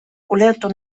ulertu